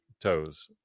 toes